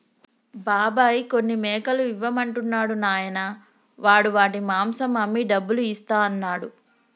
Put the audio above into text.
బాబాయ్ కొన్ని మేకలు ఇవ్వమంటున్నాడు నాయనా వాడు వాటి మాంసం అమ్మి డబ్బులు ఇస్తా అన్నాడు